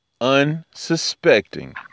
unsuspecting